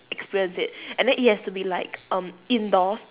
experience it and there it has to be like um indoors